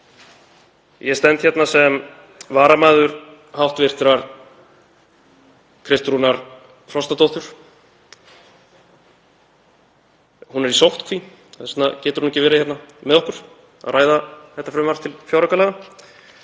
Ég stend hérna sem varamaður hv. þm. Kristrúnar Frostadóttur í nefndinni. Hún er í sóttkví, þess vegna getur hún ekki verið hérna með okkur að ræða þetta frumvarp til fjáraukalaga,